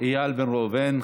חבר הכנסת עפר שלח, איננו.